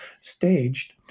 staged